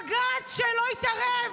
בג"ץ שלא התערב.